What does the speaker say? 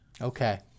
Okay